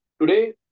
Today